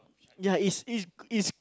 ya it's it's it's